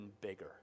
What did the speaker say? bigger